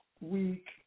week